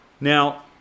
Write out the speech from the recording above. Now